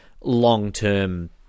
long-term